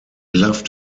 left